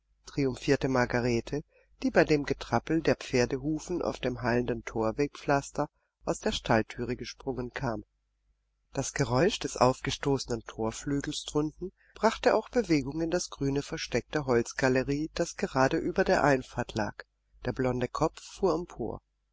triumphierte margarete die bei dem getrappel der pferdehufen auf dem hallenden thorwegpflaster aus der stallthüre gesprungen kam das geräusch des aufgestoßenen thorflügels drunten brachte auch bewegung in das grüne versteck der holzgalerie das gerade über der einfahrt lag der blonde kopf fuhr empor